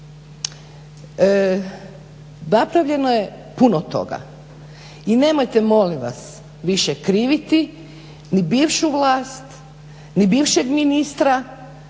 Napravljeno je puno toga i nemojte molim vas više kriviti ni bivšu vlast ni bivšeg ministra